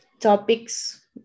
topics